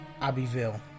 Abbeville